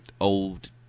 old